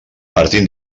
partint